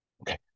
Okay